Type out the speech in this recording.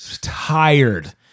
tired